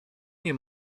nie